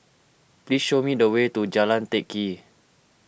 please show me the way to Jalan Teck Kee